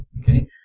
Okay